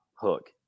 hook